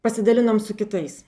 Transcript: pasidalinom su kitais